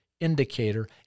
indicator